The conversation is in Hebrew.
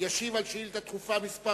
ישיב על שאילתא דחופה מס'